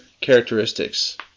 characteristics